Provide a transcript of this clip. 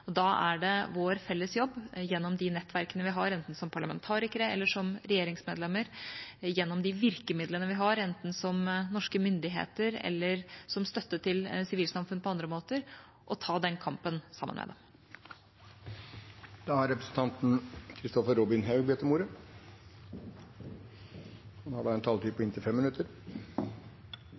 organisasjonsfrihet. Da er det vår felles jobb gjennom de nettverkene vi har, enten som parlamentarikere eller som regjeringsmedlemmer, og gjennom de virkemidlene vi har som norske myndigheter eller som støtte til sivilsamfunn på andre måter, å ta den kampen sammen med dem. Resultatet av valget i Europa viser en ny politisk skillelinje. Det er de